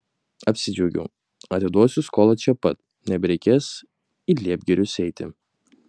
apsidžiaugiau atiduosiu skolą čia pat nebereikės į liepgirius eiti